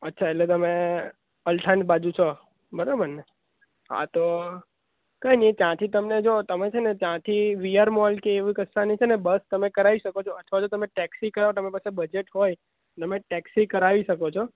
અચ્છા એટલે તમે અલથાણ બાજુ છો બરાબર ને હા તો કંઈ નહીં ત્યાંથી તમને જો તમે છે ને ત્યાંથી વી આર મોલ કે એવું કશાની છે ને બસ તમે કરાવી શકો છો અથવા તો તમે ટેક્સી કરાવો તમારી પાસે બજેટ હોય તમે ટેક્સી કરાવી શકો છો